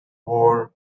war